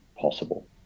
possible